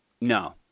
No